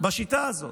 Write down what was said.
בשיטה הזאת.